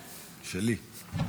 שלי.